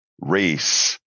race